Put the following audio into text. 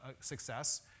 success